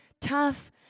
tough